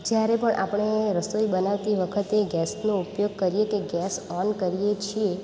જ્યારે પણ આપણે રસોઈ બનાવતી વખતે ગેસનો ઉપયોગ કરીએ કે ગેસ ઓન કરીએ છીએ